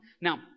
Now